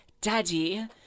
Daddy